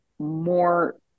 more